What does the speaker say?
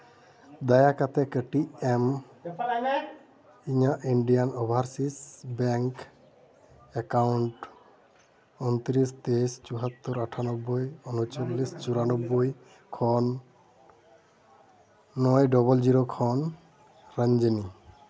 ᱫᱟᱭᱟ ᱠᱟᱛᱮᱫ ᱠᱟᱹᱴᱤᱡ ᱮᱢ ᱤᱧᱟᱹᱜ ᱤᱱᱰᱤᱭᱟᱱ ᱚᱵᱷᱟᱨᱥᱤᱥ ᱵᱮᱝᱠ ᱮᱠᱟᱣᱩᱱᱴ ᱩᱱᱛᱤᱨᱤᱥ ᱛᱮᱭᱤᱥ ᱪᱩᱣᱟᱛᱛᱚᱨ ᱟᱴᱷᱟᱱᱚᱵᱵᱳᱭ ᱩᱱᱩᱪᱚᱞᱞᱤᱥ ᱪᱩᱨᱟᱱᱚᱵᱵᱳᱭ ᱠᱷᱚᱱ ᱱᱚᱭ ᱰᱚᱵᱚᱞ ᱡᱤᱨᱳ ᱠᱷᱚᱱ ᱨᱚᱡᱱᱤ